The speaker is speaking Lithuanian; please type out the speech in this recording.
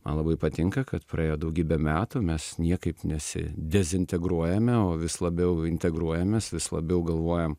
man labai patinka kad praėjo daugybę metų mes niekaip nesidezintegruojame o vis labiau integruojamės vis labiau galvojam